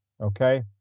okay